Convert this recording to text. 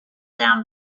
down